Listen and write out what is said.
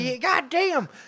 Goddamn